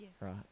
right